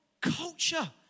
culture